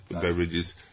beverages